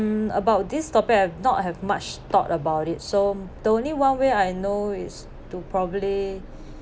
um about this topic I've not have much thought about it so the only one way I know is to probably